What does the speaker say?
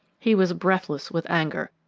he was breathless with anger.